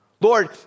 Lord